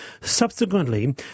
Subsequently